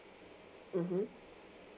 mmhmm